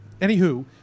Anywho